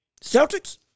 Celtics